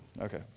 Okay